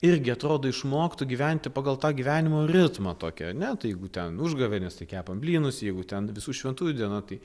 irgi atrodo išmoktų gyventi pagal tą gyvenimo ritmą tokį ane tai jeigu ten užgavėnes tai kepam blynus jeigu ten visų šventųjų diena tai